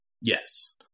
Yes